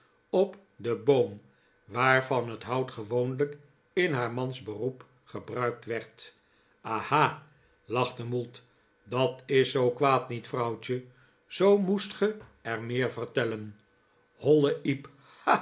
op den boom waarvan het hout gewoonlijk in haar mans beroep gebruikt werd ha ha lachtte mould dat is zoo kwaad niet vrouwtje zoo moest ge er meer vertellen hollen